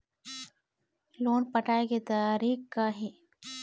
Loan पटाए के तारीख़ का हे?